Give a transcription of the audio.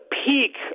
peak